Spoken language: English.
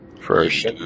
first